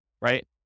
right